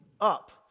up